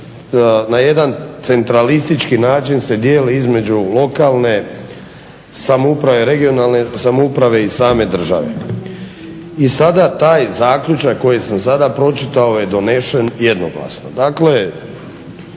na jedan centralistički način se dijeli između lokalne samouprave, regionalne samouprave i same države. I sada taj zaključak koji sam sada pročitao je donesen jednoglasno.